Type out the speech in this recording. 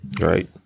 right